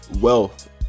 wealth